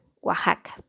Oaxaca